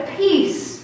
peace